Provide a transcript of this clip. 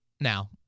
Now